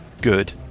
good